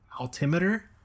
altimeter